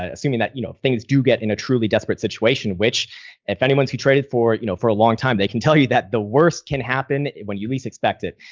ah assuming that, you know, if things do get in a truly desperate situation, which if anyone's who traded for, you know, for a long time, they can tell you that the worst can happen when you least expect it.